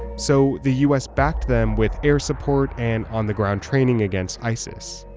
so the us backed them with air support and on the ground training against isis.